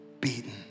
beaten